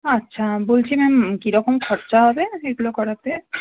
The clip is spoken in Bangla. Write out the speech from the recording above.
আচ্ছা বলছি ম্যাম কীরকম খরচা হবে এগুলো করাতে